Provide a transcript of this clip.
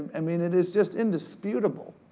i mean, it is just indisputable.